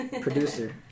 Producer